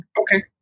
okay